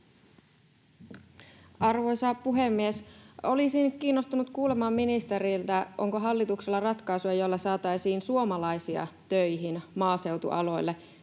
Arvoisa puhemies! Olisin kiinnostunut kuulemaan ministeriltä, onko hallituksella ratkaisua, jolla saataisiin suomalaisia töihin maaseutualoille,